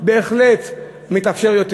זה בהחלט מתאפשר יותר.